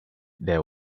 there